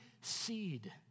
seed